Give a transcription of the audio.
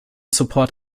support